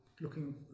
looking